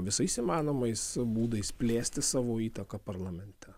visais įmanomais būdais plėsti savo įtaką parlamente